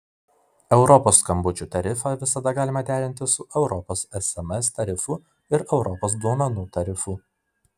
europos skambučių tarifą visada galima derinti su europos sms tarifu ir europos duomenų tarifu